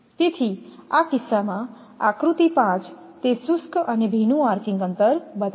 તેથી આ કિસ્સામાં આકૃતિ 5 તે શુષ્ક અને ભીનું આર્કિંગ અંતર બતાવે છે